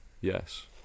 yes